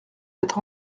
êtes